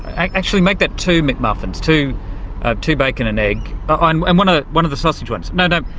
actually make that two mcmuffins, two ah two bacon and egg, ah and and one ah one of the sausage ones, no, no,